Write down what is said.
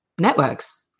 networks